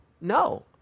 No